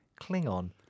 Klingon –